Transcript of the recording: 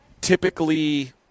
typically